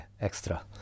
extra